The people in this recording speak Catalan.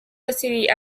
decidir